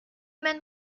men